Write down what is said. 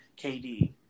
KD